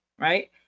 right